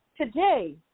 Today